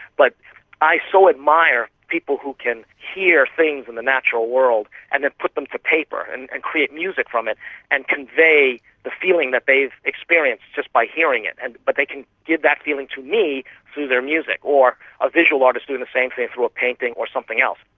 but i so admire people who can hear things in the natural world and then put them to paper and and create music from it and convey the feeling that they've experienced just by hearing it, and but they can give that feeling to me through their music. or a visual artist doing the same thing through a painting or something else.